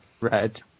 Red